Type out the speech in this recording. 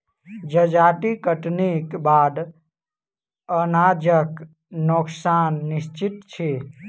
जजाति कटनीक बाद अनाजक नोकसान निश्चित अछि